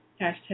hashtag